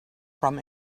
from